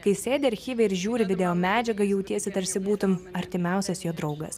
kai sėdi archyve ir žiūri video medžiagą jautiesi tarsi būtum artimiausias jo draugas